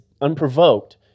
unprovoked